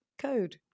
code